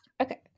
okay